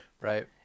Right